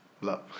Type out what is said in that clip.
Love